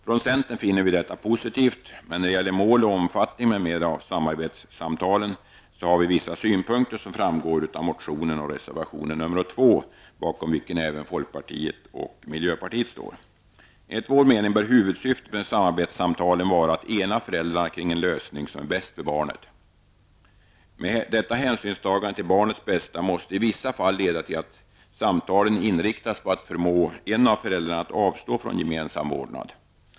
Från centern finner vi detta positivt, men när det gäller mål och omfattning m.m. av samarbetssamtalen har vi vissa synpunkter, som framgår av vår motion och av reservation 2 bakom vilken även folkpartiet och miljöpartiet står. Enligt vår mening bör huvudsyftet med samarbetssamtalen vara att ena föräldrarna kring en lösning som är bäst för barnet. Detta hänsynstagande till barnets bästa måste i vissa fall leda till att samtalen inriktas på att förmå en av föräldrarna att avstå från gemensam vårdnad.